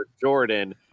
Jordan